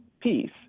peace